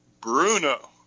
bruno